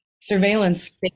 surveillance